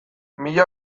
mila